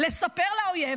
לספר לאויב